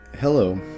Hello